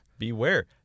Beware